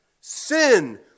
Sin